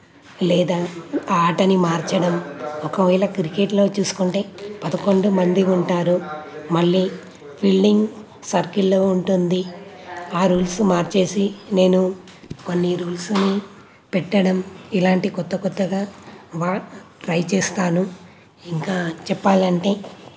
లేదా ఆటని మార్చడం ఒకవేళ క్రికెట్లో చూసుకుంటే పదకొండు మంది ఉంటారు మళ్ళీ బిల్డింగ్ సర్కిల్లో ఉంటుంది ఆ రూల్స్ మార్చేసి నేను కొన్ని రూల్స్ని పెట్టడం ఇలాంటి క్రొత్త క్రొత్తగా ట్రై చేస్తాను ఇంకా అంటే